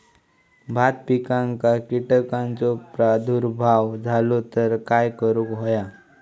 भात पिकांक कीटकांचो प्रादुर्भाव झालो तर काय करूक होया?